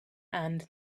and